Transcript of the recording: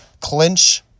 clinch